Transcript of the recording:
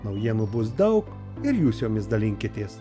naujienų bus daug ir jūs jomis dalinkitės